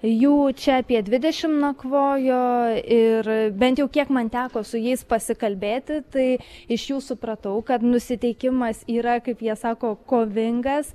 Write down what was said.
jų čia apie dvidešimt nakvojo ir bent jau kiek man teko su jais pasikalbėti tai iš jų supratau kad nusiteikimas yra kaip jie sako kovingas